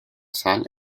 sal